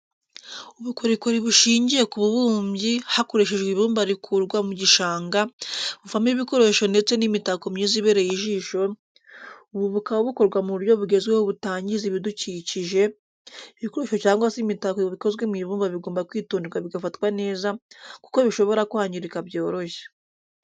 Ubukorikori bushingiye ku bubumbyi hakoreshejwe ibumba rikurwa mu gishanga, buvamo ibikoresho ndetse n'imitako myiza ibereye ijisho, ubu bukaba bukorwa mu buryo bugezweho butangiza ibidukikije, ibikoresho cyangwa se imitako bikozwe mu ibumba bigomba kwitonderwa bigafatwa neza, kuko bishobora kwangirika byoroshye.